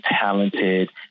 talented